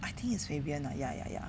I think it's fabian lah ya ya ya